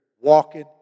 walking